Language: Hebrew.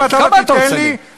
אם אתה לא תיתן לי,